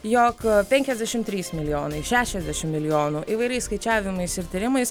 jog penkiasdešim trys milijonai šešiasdešim milijonų įvairiais skaičiavimais ir tyrimais